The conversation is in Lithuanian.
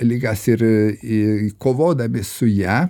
ligas ir į kovodami su ja